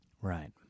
Right